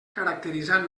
caracteritzant